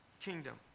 kingdom